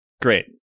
Great